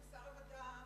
שר המדע,